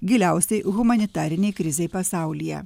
giliausiai humanitarinei krizei pasaulyje